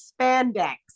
spandex